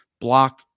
block